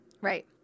right